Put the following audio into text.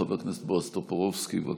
חבר הכנסת בועז טופורובסקי, בבקשה.